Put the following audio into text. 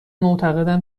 معتقدم